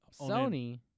Sony